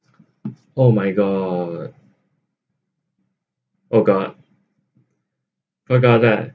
oh my god oh god